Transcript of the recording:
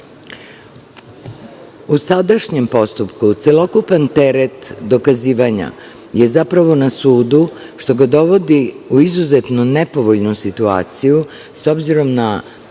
sadašnjem postupku celokupan teret dokazivanja je zapravo na sudu, što ga dovodi u izuzetno nepovoljnu situaciju s obzirom na